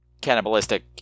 cannibalistic